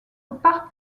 parc